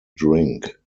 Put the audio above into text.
drink